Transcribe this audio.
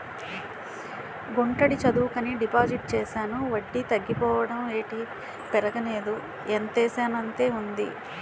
గుంటడి చదువుకని డిపాజిట్ చేశాను వడ్డీ తగ్గిపోవడం ఏటి పెరగలేదు ఎంతేసానంతే ఉంది